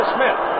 Smith